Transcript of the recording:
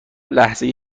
لحظه